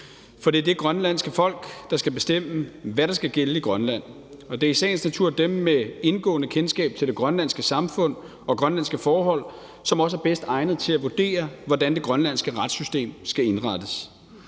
For det er det grønlandske folk, der skal bestemme, hvad der skal gælde i Grønland, og det er i sagens natur dem med et indgående kendskab til det grønlandske samfund og grønlandske forhold, som også er bedst egnede til at vurdere, hvordan det grønlandske retssystem skal indrettes.